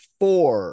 four